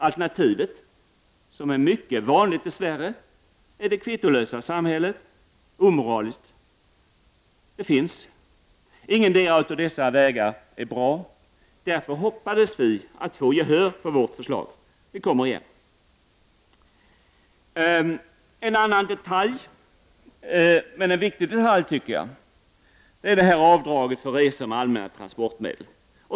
Alternativet — och det är, dess värre mycket vanligt i Sverige — är det kvittolösa omoraliska samhället. Men ingendera vägen är bra. Därför hoppades vi att vårt förslag skulle vinna gehör. Men vi kommer igen. Så till en annan och viktig detalj. Det gäller avdraget för resor med allmänna transportmedel.